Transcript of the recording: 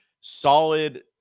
solid